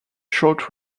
short